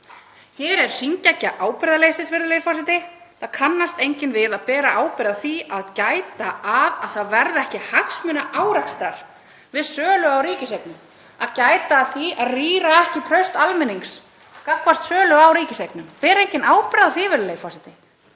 Hér er hringekja ábyrgðarleysis, virðulegi forseti. Það kannast enginn við að bera ábyrgð á því að gæta að því að það verði ekki hagsmunaárekstrar við sölu á ríkiseignum, að gæta að því að rýra ekki traust almennings gagnvart sölu á ríkiseignum. Ber enginn ábyrgð á því, virðulegi forseti?